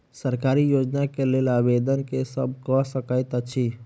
सरकारी योजना केँ लेल आवेदन केँ सब कऽ सकैत अछि?